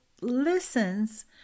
listens